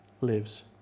lives